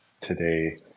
today